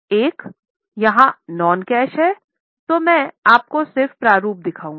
एक अगर यह नॉन कैश है तो मैं आपको सिर्फ प्रारूप दिखाऊंगा